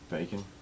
Bacon